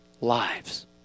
lives